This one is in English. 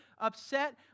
upset